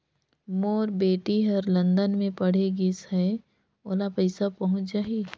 मोर बेटी हर लंदन मे पढ़े गिस हय, ओला पइसा पहुंच जाहि?